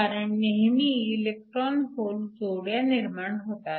कारण नेहमी electron hole जोड्या निर्माण होतात